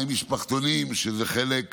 מה עם משפחתונים, שהם